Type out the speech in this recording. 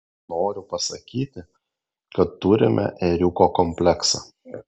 noriu pasakyti kad turime ėriuko kompleksą